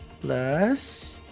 plus